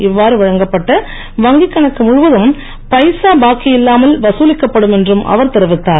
இவ்வாறு வழங்கப்பட்ட வங்கி கணக்கு முழுவதும் பைசா பாக்கி இல்லாமல் வதலிக்கப்படும் என்றும் அவர் தெரிவித்தார்